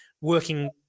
working